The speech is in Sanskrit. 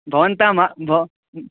भवन्तः मा भो